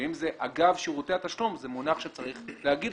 ואם זה אגב שירותי התשלום זה מונח שצריך להגיד